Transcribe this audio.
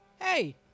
Hey